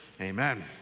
amen